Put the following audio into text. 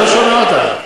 אני לא שומע אותך.